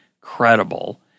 credible